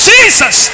Jesus